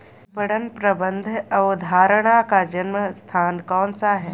विपणन प्रबंध अवधारणा का जन्म स्थान कौन सा है?